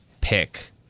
pick